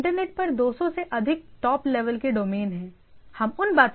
internet पर 200 से अधिक टॉप लेवल के डोमेन हैं हम उन बातों पर अधिक विस्तार से बात करेंगे